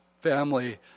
family